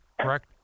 correct